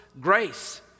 grace